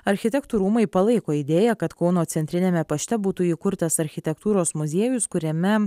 architektų rūmai palaiko idėją kad kauno centriniame pašte būtų įkurtas architektūros muziejus kuriame